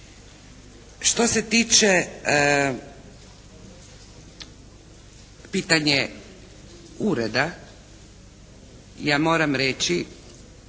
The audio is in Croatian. Što se tiče pitanje Ureda ja moram reći